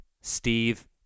Steve